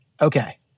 okay